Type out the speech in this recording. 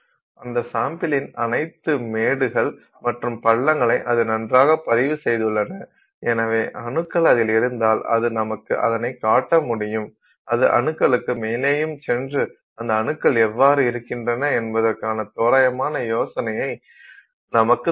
அந்த சாம்பிளின் அனைத்து மேடுகள் மற்றும் பள்ளங்களை அதை நன்றாகக் பதிவு செய்துள்ளன எனவே அணுக்கள் அதில் இருந்தால் அது நமக்குக் அதனை காட்ட முடியும் அது அணுக்களுக்கு மேலேயும் சென்று அந்த அணுக்கள் எவ்வாறு இருக்கின்றன என்பதற்கான தோராயமான யோசனையை நமக்குத் தரும்